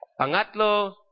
Pangatlo